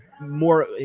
more